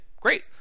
great